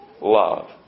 Love